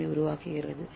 ஏவை உருவாக்குகிறது